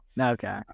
okay